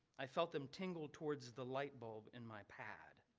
i felt them tingle towards the light bulb in my pad.